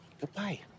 goodbye